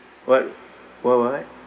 what what what